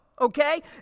okay